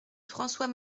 françois